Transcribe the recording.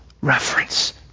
reference